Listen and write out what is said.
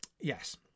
Yes